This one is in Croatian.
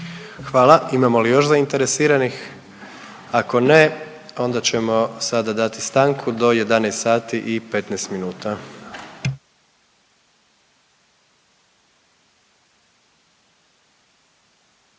Hvala. Imamo li još zainteresiranih? Ako ne, onda ćemo sada dati stanku do 11